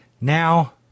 Now